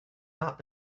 not